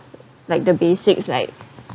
like the basics like